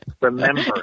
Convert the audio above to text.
Remember